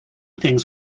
things